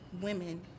women